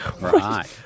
Right